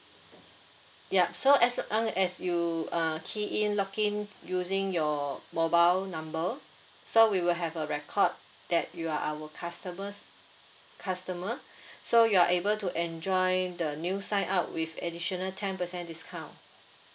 yup so as as you uh key in login using your mobile number so we will have a record that you are our customers customer so you're able to enjoy the new sign up with additional ten percent discount